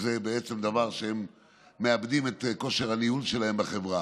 שזה בעצם דבר שבו הם מאבדים את כושר הניהול שלהם בחברה